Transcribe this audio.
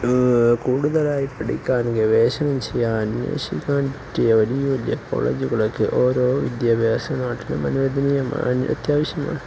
ആ കൂടുതലായി പഠിക്കാനും ഗവേഷണം ചെയ്യാനും പറ്റിയ വലിയ വലിയ കോളേജുകളൊക്കെ ഓരോ വിദ്യാഭ്യാസ നാട്ടിലും അത്യാവശ്യമാണ്